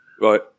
right